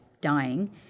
dying